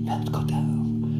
bet kodėl